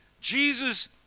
Jesus